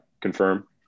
Confirm